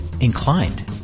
inclined